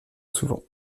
souvent